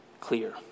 clear